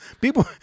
people